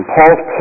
Paul's